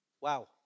Wow